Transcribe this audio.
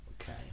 okay